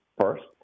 first